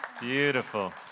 Beautiful